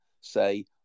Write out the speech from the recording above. say